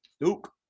Duke